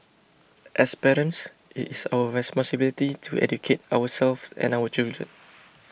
as parents it is our responsibility to educate ourselve and our children